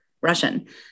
Russian